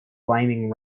flaming